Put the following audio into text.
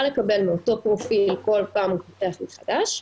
לקבל מאותו פרופיל שכל פעם הוא פותח מחדש,